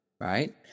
right